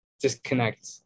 disconnect